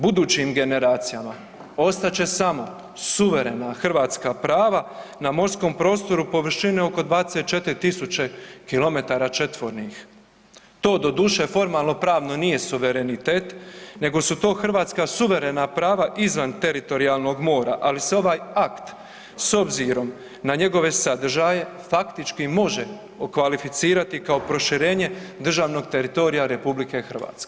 Budućim generacijama ostat će samo suverena hrvatska prava na morskom prostoru površine oko 24.000 km2, to doduše formalnopravno nije suverenitet nego su to hrvatska prava izvan teritorijalnog mora, ali se ovaj akt s obzirom na njegove sadržaje faktički može okvalificirati kao proširenje državnog teritorija RH.